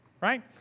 right